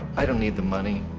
i don't need the money.